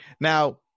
now